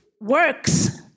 works